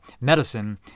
medicine